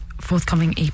forthcoming